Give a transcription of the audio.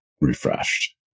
refreshed